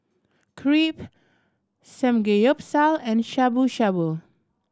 Crepe Samgeyopsal and Shabu Shabu